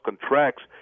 contracts